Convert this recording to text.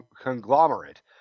conglomerate